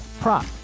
prop